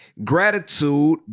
Gratitude